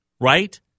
right